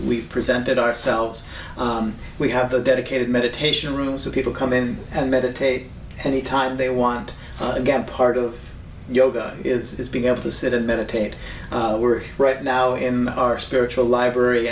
we've presented ourselves we have a dedicated meditation room so people come in and meditate anytime they want again part of yoga is being able to sit and meditate we're right now in our spiritual library